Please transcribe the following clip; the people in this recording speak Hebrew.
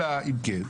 אלא אם כן,